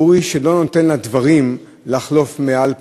אורי שלא נותן לדברים לחלוף מעל פניו,